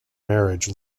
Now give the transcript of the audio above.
marriage